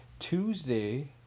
Tuesday